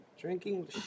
drinking